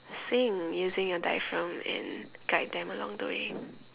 singing using the diaphragm and guide them along the way